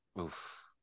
Oof